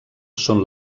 són